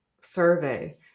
survey